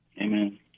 Amen